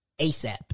ASAP